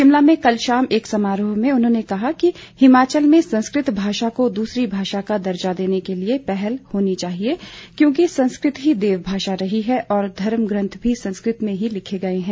शिमला में कल शाम एक समारोह में उन्होंने कहा कि हिमाचल में संस्कृत भाषा को दूसरी भाषा का दर्जा देने के लिये पहल होनी चाहिये क्योंकि संस्कृत ही देवभाषा रही है और धर्मग्रंथ भी संस्कृत में ही लिखे गए हैं